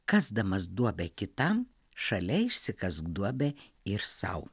kasdamas duobę kitam šali išsikask duobę ir sau